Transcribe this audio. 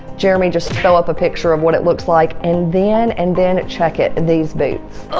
jeremy just to fill up a picture of what it looks like and then and then check it in these boots.